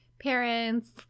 parents